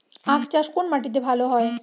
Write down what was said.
আখ চাষ কোন মাটিতে ভালো হয়?